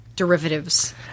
derivatives